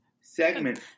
segment